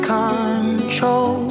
control